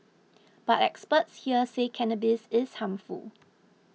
but experts here say cannabis is harmful